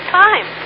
time